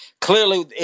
clearly